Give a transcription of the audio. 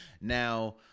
Now